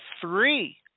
three